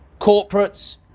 corporates